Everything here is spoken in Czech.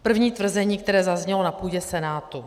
První tvrzení, které zaznělo na půdě Senátu: